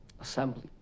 assembly